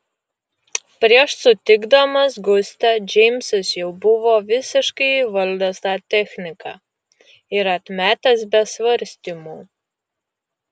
prieš sutikdamas gustę džeimsas jau buvo visiškai įvaldęs tą techniką ir atmetęs be svarstymų